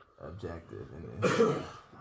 objective